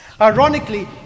Ironically